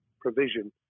provision